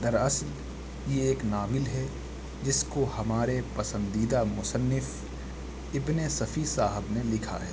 دراصل یہ ایک ناول ہے جس کو ہمارے پسندیدہ مصنف ابن صفی صاحب نے لکھا ہے